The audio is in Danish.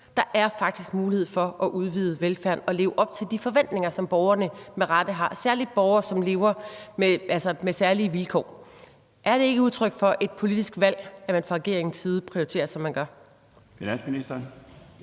Der er faktisk mulighed for at udvide velfærden og leve op til de forventninger, som borgerne med rette har, særlig borgere, som lever med særlige vilkår. Er det ikke udtryk for et politisk valg, at man fra regeringens side prioriterer, som man gør? Kl. 13:06 Den